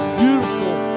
beautiful